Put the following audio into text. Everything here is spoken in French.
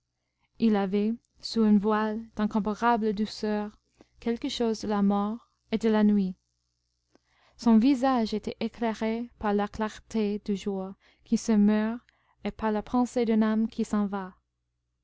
il avait sous un voile d'incomparable douceur quelque chose de la mort et de la nuit son visage était éclairé par la clarté du jour qui se meurt et par la pensée d'une âme qui s'en va